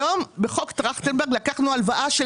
היום בחוק טרכטנברג לקחנו הלוואה של